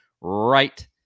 right